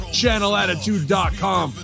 channelattitude.com